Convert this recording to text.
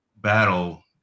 battle